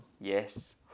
Yes